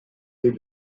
des